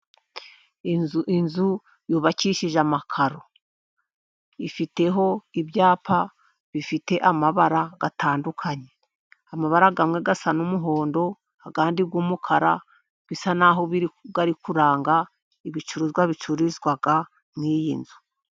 Inzu, inzu yubakishije amakaro, ifiteho ibyapa bifite amabara atandukanye. Amabara amwe asa n’umuhondo, ayandi y’umukara. Bisa naho ari kuranga ibicuruzwa bicururizwa muri iyi nzu.